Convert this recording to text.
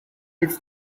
it’s